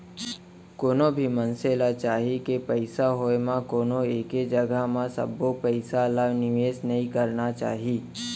कोनो भी मनसे ल चाही के पइसा होय म कोनो एके जघा म सबो पइसा ल निवेस नइ करना चाही